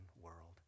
world